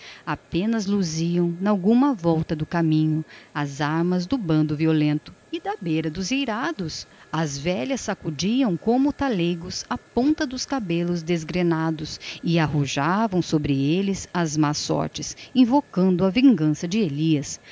apenas luziam nalguma volta do caminho as armas do bando violento e da beira dos eirados as velhas sacudiam como taleigos a ponta dos cabelos desgrenhados e arrogavam sobre eles as más sortes invocando a vingança de elias